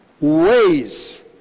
ways